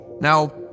Now